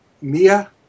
Mia